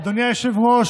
אדוני היושב-ראש,